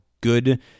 good